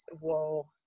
whoa